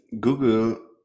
Google